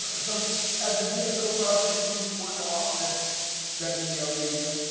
so as the dso project you work a lot with weo media?